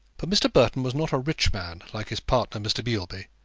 but mr. burton was not a rich man like his partner, mr. beilby,